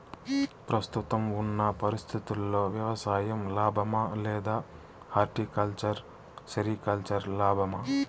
ప్రస్తుతం ఉన్న పరిస్థితుల్లో వ్యవసాయం లాభమా? లేదా హార్టికల్చర్, సెరికల్చర్ లాభమా?